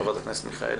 חברת הכנסת מיכאל,